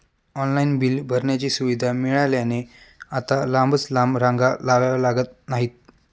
online bill भरण्याची सुविधा मिळाल्याने आता लांबच लांब रांगा लावाव्या लागत नाहीत